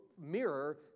mirror